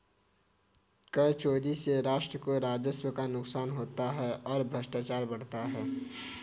कर चोरी से राष्ट्र को राजस्व का नुकसान होता है और भ्रष्टाचार बढ़ता है